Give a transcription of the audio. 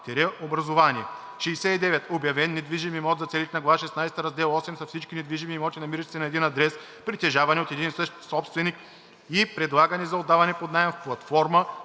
– образувание. 69. „Обявен недвижим имот“ за целите на глава шестнадесета, раздел VIII са всички недвижими имоти, намиращи се на един адрес, притежавани от един и същ собственик и предлагани за отдаване под наем в платформа